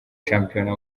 shampiyona